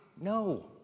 no